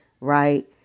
right